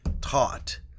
taught